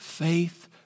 Faith